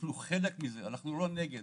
אנחנו חלק מזה, אנחנו לא נגד.